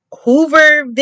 Hoover